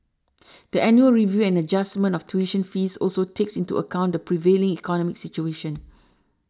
the annual review and adjustment of tuition fees also takes into account the prevailing economic situation